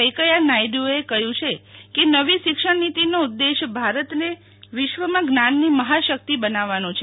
વૈકેયાનાયડુએ કહયું છે કે નવી શીક્ષણનિતીનો ઉદયેશ ભારતને વિશ્વમાં જ્ઞાનની મહાશક્તિ બનાવવું છે